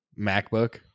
MacBook